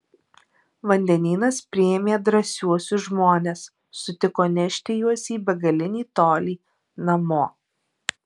vandenynas priėmė drąsiuosius žmones sutiko nešti juos į begalinį tolį namo